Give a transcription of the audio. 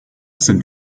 sind